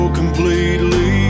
completely